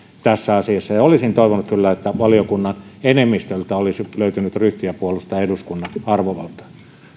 tässä asiassa olisin kyllä toivonut että valiokunnan enemmistöltä olisi löytynyt ryhtiä puolustaa eduskunnan arvovaltaa